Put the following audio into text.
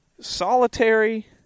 solitary